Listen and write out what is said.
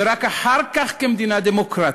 ורק אחר כך כמדינה דמוקרטית,